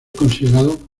considerados